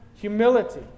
humility